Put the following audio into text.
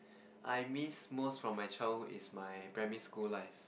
I miss most from my childhood is my primary school life